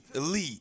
elite